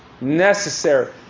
Necessary